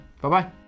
Bye-bye